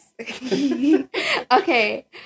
Okay